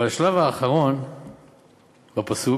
אבל השלב האחרון בפסוק